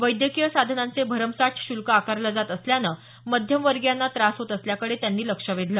वैद्यकीय साधनांचे भरमसाठ शुल्क आकारलं जात असल्यानं मध्यमवर्गीयांना त्रास होत असल्याकडे त्यांनी लक्ष वेधलं